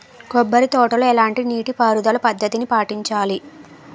కొబ్బరి తోటలో ఎలాంటి నీటి పారుదల పద్ధతిని పాటించాలి?